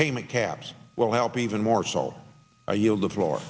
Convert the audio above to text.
payment caps will help even more so are you of the floor